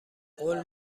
قول